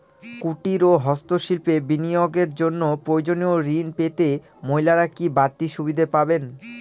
কুটীর ও হস্ত শিল্পে বিনিয়োগের জন্য প্রয়োজনীয় ঋণ পেতে মহিলারা কি বাড়তি সুবিধে পাবেন?